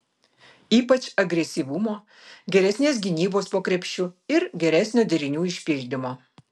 ypač agresyvumo geresnės gynybos po krepšiu ir geresnio derinių išpildymo